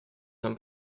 son